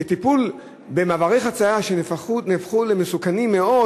מעברי חציה שהפכו למסוכנים מאוד